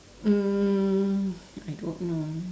um I don't know